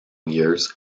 years